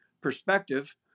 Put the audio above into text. perspective